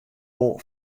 wol